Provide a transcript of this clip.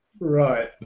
Right